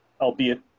albeit